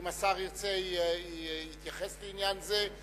אם השר ירצה, יתייחס לעניין זה.